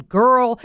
girl